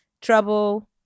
trouble